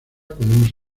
podemos